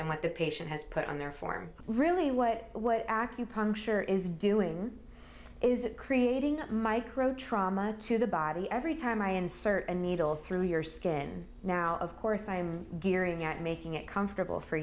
than what the patient has put on their form really what what acupuncture is doing is it creating micro trauma to the body every time i insert a needle through your skin now of course i'm gearing up making it comfortable for